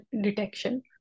detection